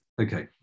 Okay